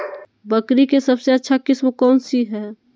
बकरी के सबसे अच्छा किस्म कौन सी है?